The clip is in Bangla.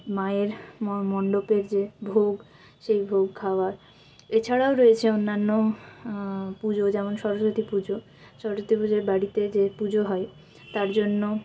মায়ের মা মণ্ডপের যে ভোগ সেই ভোগ খাওয়ার এছাড়াও রয়েছে অন্যান্য পুজো যেমন সরস্বতী পুজো সরস্বতী পুজোয় বাড়িতে যে পুজো হয় তার জন্য